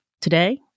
Today